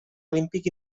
olímpic